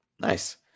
Nice